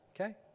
Okay